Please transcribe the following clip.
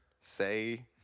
say